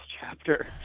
chapter